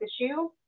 issue